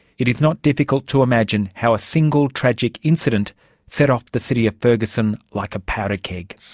it is not difficult to imagine how a single tragic incident set off the city of ferguson like a powder keg.